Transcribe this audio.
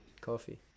coffee